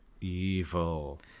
evil